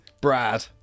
Brad